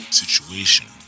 situation